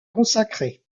consacré